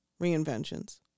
Reinventions